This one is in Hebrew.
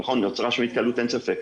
נכון, נוצרה שם התקהלות, אין ספק.